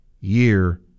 year